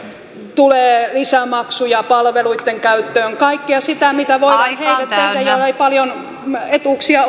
tulee lisämaksuja palveluitten käyttöön kaikkea sitä mitä voidaan tehdä niille joilla ei paljon etuuksia